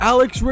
Alex